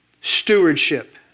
stewardship